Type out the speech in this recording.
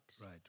Right